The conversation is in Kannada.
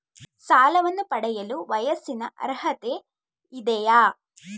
ಸಾಲವನ್ನು ಪಡೆಯಲು ವಯಸ್ಸಿನ ಅರ್ಹತೆ ಇದೆಯಾ?